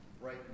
right